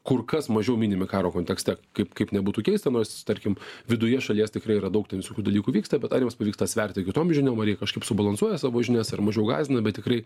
kur kas mažiau minimi karo kontekste kaip kaip nebūtų keista nors tarkim viduje šalies tikrai yra daug ten visokių dalykų vyksta bet ar jiems pavyksta sverti kitom žiniom ar jie kažkaip subalansuoja savo žinias ar mažiau gąsdina bet tikrai